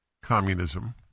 communism